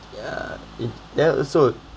yeah it yeah so